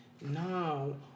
No